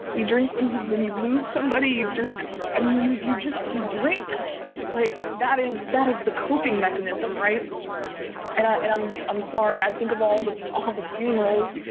you drink when you when you lose somebody, you drink and you you just you drink like that, is that is the coping mechanism, right and i'm i'm sorry. i think of all the all the funerals